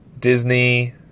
Disney